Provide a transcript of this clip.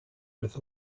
with